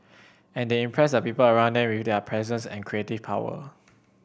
and they impress the people around them with their presence and creative power